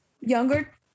younger